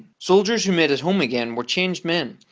soldiers who made it home again were changed men.